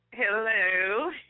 Hello